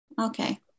Okay